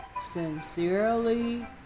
Sincerely